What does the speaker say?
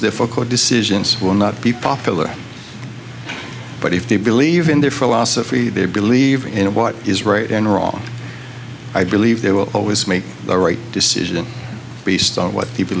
difficult decision since will not be popular but if they believe in their philosophy they believe in what is right and wrong i believe they will always make the right decision based on what people